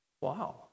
Wow